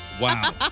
Wow